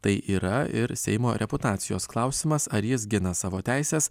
tai yra ir seimo reputacijos klausimas ar jis gina savo teises